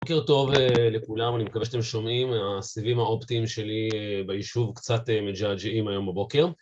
בוקר טוב לכולם, אני מקווה שאתם שומעים, הסיבים האופטיים שלי ביישוב קצת מג'עג'עים היום בבוקר